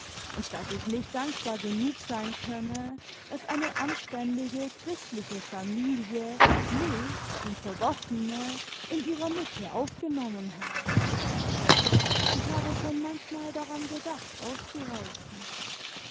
und daß ich nicht dankbar genug sein könne daß eine anständige christliche familie mich die verworfene in ihrer mitte aufgenommen habe ich habe schon manchmal daran gedacht auszureißen